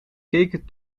keken